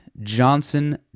Johnson